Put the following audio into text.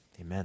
amen